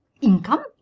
income